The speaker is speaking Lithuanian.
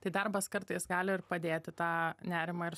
tai darbas kartais gali ir padėti tą nerimą ir